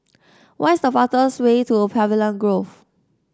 what is the fastest way to Pavilion Grove